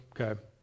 Okay